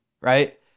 right